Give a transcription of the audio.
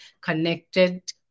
connected